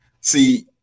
See